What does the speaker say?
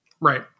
Right